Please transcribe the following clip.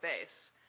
base